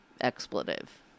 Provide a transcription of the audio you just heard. Expletive